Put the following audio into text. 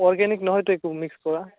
organic নহয়টো একো mix কৰা